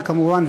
זה כמובן,